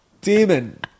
demon